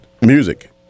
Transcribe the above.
music